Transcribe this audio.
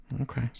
Okay